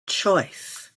choice